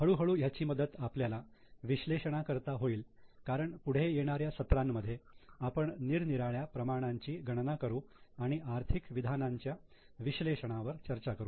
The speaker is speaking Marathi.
हळूहळू ह्याची मदत आपल्याला विश्लेषणा करता होईल कारण पुढे येणाऱ्या सत्रांमध्ये आपण निरनिराळ्या प्रमाणांची गणना करू आणि आर्थिक विधानांच्या विश्लेषणावर चर्चा करू